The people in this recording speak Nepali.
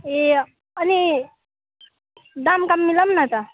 ए अनि दामकाम मिलाऊँ न त